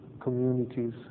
communities